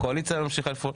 הקואליציה ממשיכה לפעול.